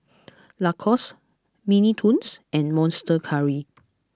Lacoste Mini Toons and Monster Curry